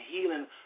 healing